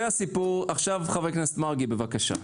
חבר הכנסת מרגי, בבקשה.